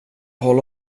hålla